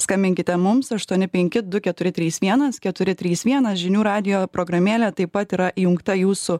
skambinkite mums aštuoni penki du keturi trys vienas keturi trys vienas žinių radijo programėlė taip pat yra įjungta jūsų